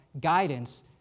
guidance